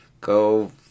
go